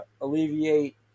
alleviate